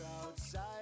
outside